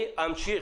אני אמשיך,